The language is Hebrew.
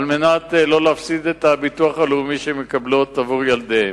על מנת לא להפסיד את הביטוח הלאומי שהן מקבלות עבור ילדיהן.